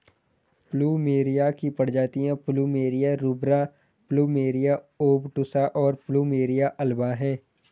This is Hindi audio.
प्लूमेरिया की प्रजातियाँ प्लुमेरिया रूब्रा, प्लुमेरिया ओबटुसा, और प्लुमेरिया अल्बा हैं